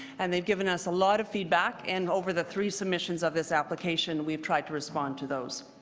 and they've given us a lot of feedback, and over the three submissions of this application, we've tried to respond to those.